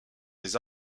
des